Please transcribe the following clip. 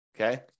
okay